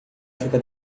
áfrica